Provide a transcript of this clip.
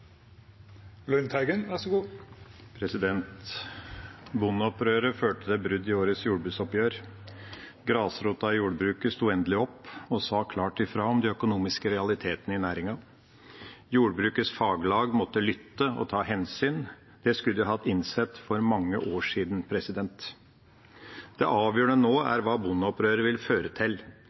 Bondeopprøret førte til brudd i årets jordbruksoppgjør. Grasrota i jordbruket sto endelig opp og sa klart fra om de økonomiske realitetene i næringen. Jordbrukets faglag måtte lytte og ta hensyn. Dette skulle de innsett for mange år siden. Det avgjørende nå er hva bondeopprøret vil føre til.